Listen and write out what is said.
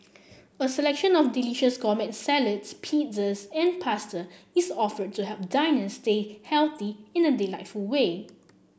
a selection of delicious gourmet salads pizzas and pasta is offered to help diners stay healthy in a delightful way